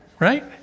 Right